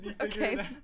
Okay